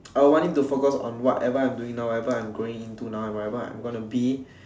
I would want it to focus on whatever I'm doing now whatever I'm going into now and whatever I am going to be